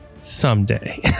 Someday